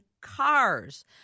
cars